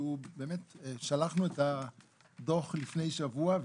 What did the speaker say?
שלחנו את הדוח לפני שבוע,